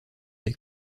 avec